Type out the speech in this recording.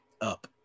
up